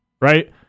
right